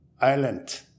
island